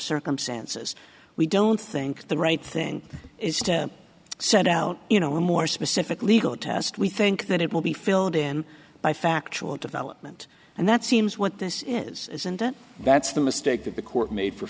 circumstances we don't think the right thing is to send out you know a more specific legal test we think that it will be filled in by factual development and that seems what this is is and that's the mistake that the court made for